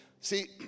See